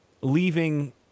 leaving